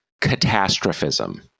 catastrophism